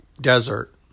Desert